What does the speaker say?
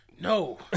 no